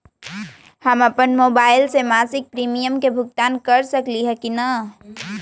हम अपन मोबाइल से मासिक प्रीमियम के भुगतान कर सकली ह की न?